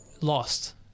lost